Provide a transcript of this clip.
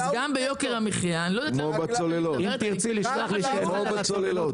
שר החקלאות ופיתוח הכפר עודד פורר: